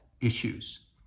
issues